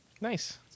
Nice